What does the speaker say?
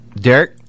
Derek